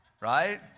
Right